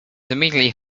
immediately